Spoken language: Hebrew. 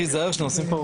13:06.